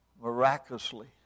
miraculously